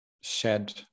shed